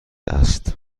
است